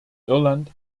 irland